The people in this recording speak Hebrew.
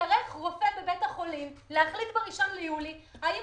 יצטרך רופא בבית החולים להחליט ב-1 ביולי האם